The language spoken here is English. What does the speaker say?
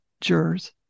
jurors